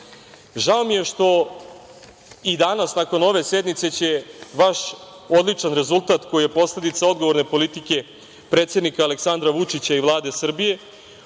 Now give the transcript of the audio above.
mi je što i danas nakon ove sednice će vaš odličan rezultat koji je posledica odgovorne politike predsednika Aleksandra Vučića i Vlade Srbije